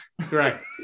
Correct